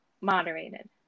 moderated